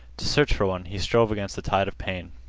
to search for one he strove against the tide of pain.